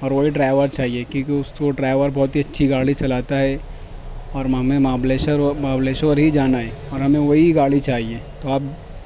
اور وہی ڈرائیور چاہیے کیونکہ اس وہ ڈرائیور بہت ہی اچھی گاڑی چلاتا ہے اور ہمیں مہابلیشور اور مہابلیشور ہی جانا ہے اور ہمیں وہی گاڑی چاہیے تو آپ